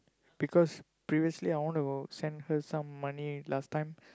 because previously I want to send her some money last time